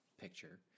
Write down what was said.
picture